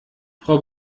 frau